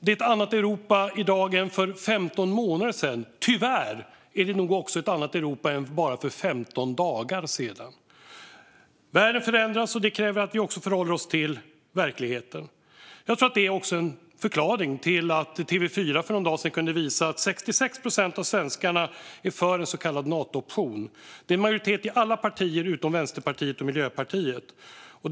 Det är annat Europa i dag än för 15 månader sedan. Tyvärr är det nog också ett annat Europa än för bara 15 dagar sedan. Världen förändras, och det kräver att vi också förhåller oss till verkligheten. Det är nog också en förklaring till att TV4 för någon dag sedan kunde visa att 66 procent av svenskarna är för en så kallad Nato-option. Det är majoritet för detta i alla partier utom i Vänsterpartiet och Miljöpartiet.